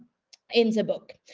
in the book.